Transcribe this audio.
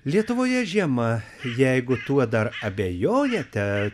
lietuvoje žiema jeigu tuo dar abejojate